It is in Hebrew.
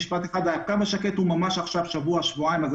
הקו השקט הוא ממש חדש, הוא